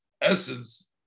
essence